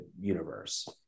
universe